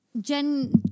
Jen